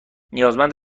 نیازمند